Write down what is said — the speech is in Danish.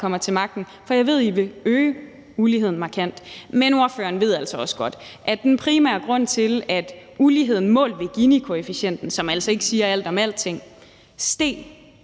kommer til magten, for jeg ved, at I vil øge uligheden markant. Men ordføreren ved altså også godt, at den primære grund til, at uligheden målt ved Ginikoefficienten – som altså ikke siger alt om alting – steg